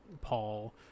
paul